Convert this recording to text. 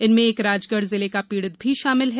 इनमें एक राजगढ़ जिले का पीड़ित भी शामिल है